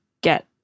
get